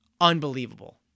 unbelievable